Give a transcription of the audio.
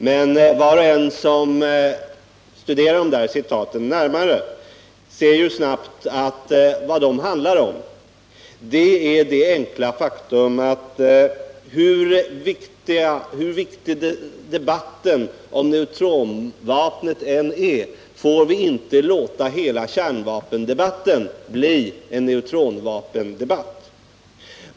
Men var och en som studerar de där citaten närmare ser snabbt att vad det handlar om är det enkla faktum att hur viktig debatten om neutronvapnet än är får vi inte låta hela kärnvapendebatten bli en neutronvapendebatt.